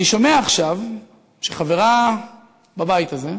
אני שומע עכשיו שחברה בבית הזה,